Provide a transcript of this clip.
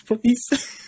please